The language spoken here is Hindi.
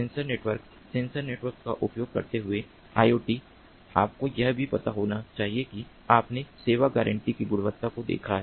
सेंसर नेटवर्क सेंसर नेटवर्क का उपयोग करते हुए IoT आपको यह भी पता होना चाहिए कि आपने सेवा गारंटी की गुणवत्ता को देखा है